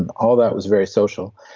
and all that was very social.